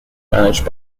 managed